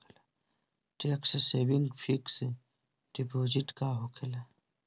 Tax saving fix deposit का होखे ला?